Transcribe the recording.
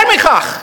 יותר מכך,